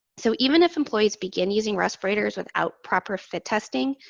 so, even if employees begin using respirators without proper fit testing,